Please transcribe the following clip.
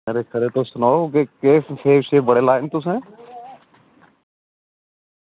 खरे खरे तुस सनाओ इस बारी खरे सेब लाये न तुसें